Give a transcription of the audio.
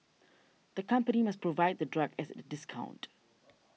the company must provide the drug as a discount